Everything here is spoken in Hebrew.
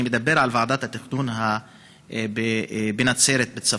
אני מדבר על ועדת התכנון בנצרת, בצפון.